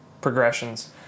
progressions